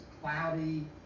cloudy